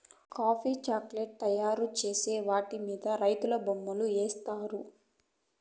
coffee chocolate తయారు చేసిన వాటి మీద రైతులు బొమ్మలు ఏత్తారు